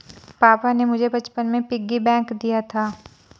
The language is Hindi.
पापा ने मुझे बचपन में पिग्गी बैंक दिया था